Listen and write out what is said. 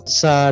sa